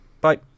Bye